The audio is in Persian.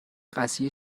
قضیه